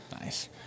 Nice